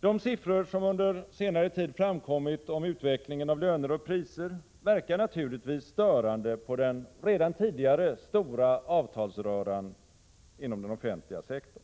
De siffror som under senare tid framkommit om utvecklingen av löner och priser verkar naturligtvis störande på den redan tidigare stora avtalsröran inom den offentliga sektorn.